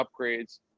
upgrades